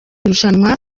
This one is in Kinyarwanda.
irushanwa